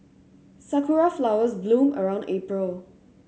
sakura flowers bloom around April